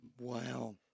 Wow